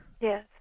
Yes